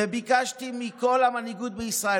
וביקשתי מכל המנהיגות בישראל,